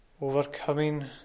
overcoming